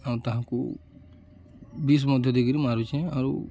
ଆଉ ତାହାକୁ ବିଷ୍ ମଧ୍ୟ ଦେଇକିରି ମାରୁଛେଁ ଆରୁ